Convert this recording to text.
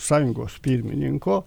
sąjungos pirmininko